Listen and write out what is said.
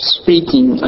speaking